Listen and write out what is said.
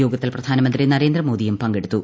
യോഗത്തിൽ പ്രധാനമന്ത്രി നരേന്ദ്രമോദിയും പങ്കെടുത്തു